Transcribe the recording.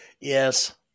Yes